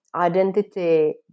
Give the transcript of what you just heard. identity